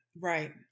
right